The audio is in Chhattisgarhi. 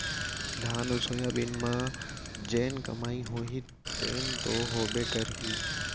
धान अउ सोयाबीन म जेन कमाई होही तेन तो होबे करही